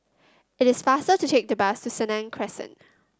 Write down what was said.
it is faster to take the bus to Senang Crescent